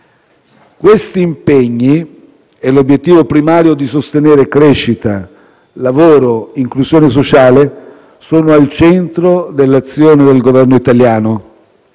Questi impegni e l'obiettivo primario di sostenere crescita, lavoro e inclusione sociale sono al centro dell'azione del Governo italiano,